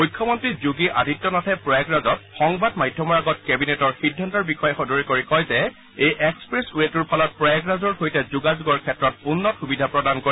মুখ্যমন্ত্ৰী যোগী আদিত্যনাথে প্ৰয়াগৰাজত সংবাদ মাধ্যমৰ আগত কেবিনেটৰ সিদ্ধান্তৰ বিষয়ে কয় যে এই এক্সপ্ৰেছ ৰেটোৰ ফলত প্ৰয়াগৰাজৰ সৈতে যোগাযোগৰ ক্ষেত্ৰত উন্নত সূবিধা প্ৰদান কৰিব